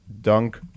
dunk